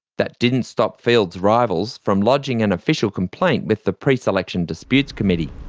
that didn't stop field's rivals from lodging an official complaint with the preselection disputes committee.